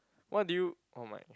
what do you oh my